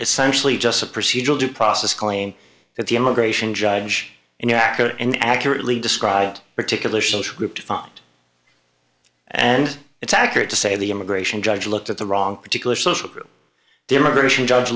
essentially just a procedural due process claim that the immigration judge inaccurate and accurately described particular social group fund and it's accurate to say the immigration judge looked at the wrong particular social group the immigration judge